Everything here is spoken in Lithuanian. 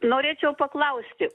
norėčiau paklausti